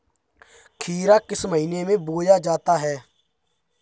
खीरा किस महीने में बोया जाता है?